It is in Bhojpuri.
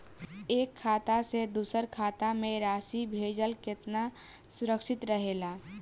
एक खाता से दूसर खाता में राशि भेजल केतना सुरक्षित रहेला?